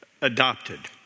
adopted